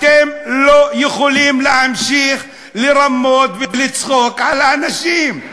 אתם לא יכולים להמשיך לרמות ולצחוק על האנשים.